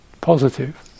positive